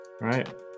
right